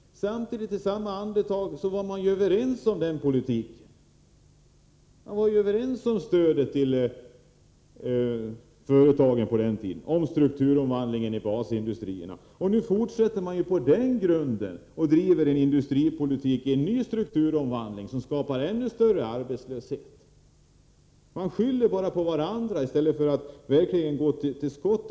Men man var ju överens om den politiken. Man var ju överens om stödet till företagen på den tiden, om strukturomvandlingen i basindustrierna. Nu fortsätter man ju på den grunden och driver en industripolitik med en ny strukturomvandling, som skapar ännu större arbetslöshet. Man skyller bara på varandra i stället för att verkligen komma till skott.